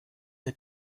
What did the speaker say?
der